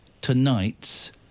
tonight's